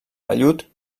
vellut